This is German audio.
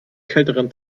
kälteren